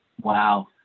Wow